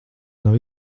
nav